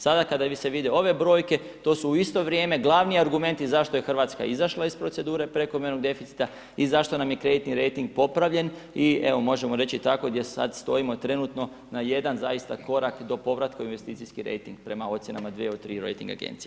Sada kada se vide ove brojke to su u isto vrijeme glavni argumenti zašto je Hrvatska izašla iz procedure prekomjernog deficita i zašto nam je kreditni rejting popravljen i evo možemo reći tako gdje sad stojimo trenutno na jedan zaista korak do povratka u investicijski rejting prema ocjenama 2 od 3 rejting agencije.